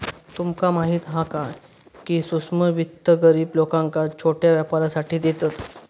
तुमका माहीत हा काय, की सूक्ष्म वित्त गरीब लोकांका छोट्या व्यापारासाठी देतत